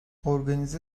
organize